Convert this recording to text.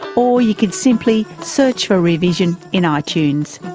or you can simply search for rear vision in ah itunes.